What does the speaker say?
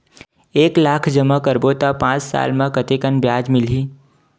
एक लाख जमा करबो त पांच साल म कतेकन ब्याज मिलही?